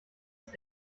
ist